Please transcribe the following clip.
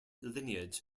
lineage